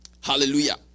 Hallelujah